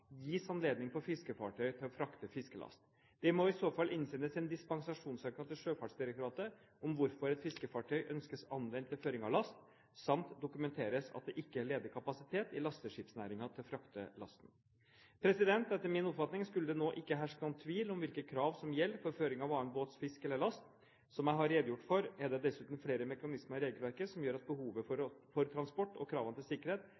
gis anledning for fiskefartøy til å frakte fiskelast. Det må i så fall innsendes en dispensasjonssøknad til Sjøfartsdirektoratet om hvorfor et fiskefartøy ønskes anvendt til føring av last, samt dokumenteres at det ikke er ledig kapasitet i lasteskipsnæringen til å frakte lasten. Etter min oppfatning skulle det nå ikke herske noen tvil om hvilke krav som gjelder for føring av annen båts fisk eller last. Som jeg har redegjort for, er det dessuten flere mekanismer i regelverket som gjør at behovet for transport og kravene til sikkerhet